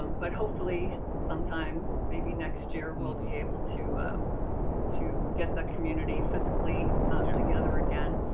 um but hopefully sometime, maybe next year, we'll be able to to get the community physically together again.